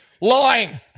Lying